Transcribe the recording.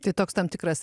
tai toks tam tikras